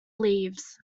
leaves